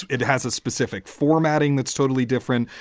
it has a specific formatting that's totally different.